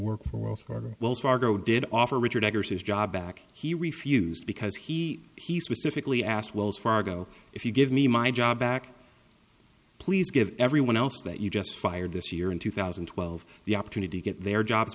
work or wells fargo did offer richard eggers his job back he refused because he he specifically asked wells fargo if you give me my job back please give everyone else that you just fired this year in two thousand and twelve the opportunity to get their jobs